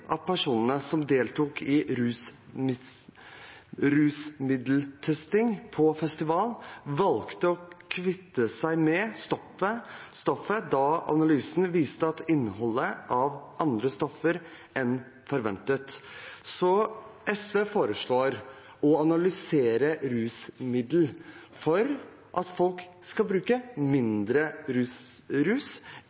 av personene som deltok i rusmiddeltesting på festival, valgte å kvitte seg med stoffet da analysen viste at det inneholdt andre stoffer enn forventet. SV foreslår å analysere rusmidler for at folk skal bruke